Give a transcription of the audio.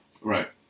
Right